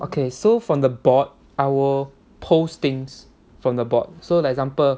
okay so from the bot I will post things from the bot so like example